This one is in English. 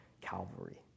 Calvary